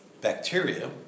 bacteria